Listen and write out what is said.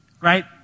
right